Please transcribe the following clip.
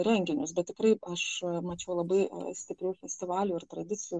renginius bet tikrai aš mačiau labai stiprių festivalių ir tradicijų